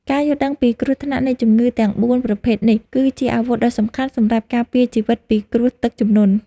ការយល់ដឹងពីគ្រោះថ្នាក់នៃជំងឺទាំងបួនប្រភេទនេះ គឺជាអាវុធដ៏សំខាន់សម្រាប់ការពារជីវិតពីគ្រោះទឹកជំនន់។